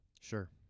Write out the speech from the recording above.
Sure